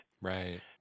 Right